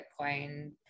Bitcoin